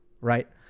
Right